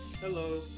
hello